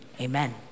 Amen